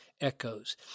echoes